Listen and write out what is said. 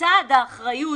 לצד האחריות